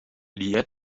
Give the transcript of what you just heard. liu